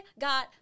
got